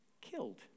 killed